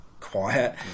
quiet